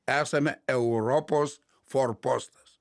esame europos forpostas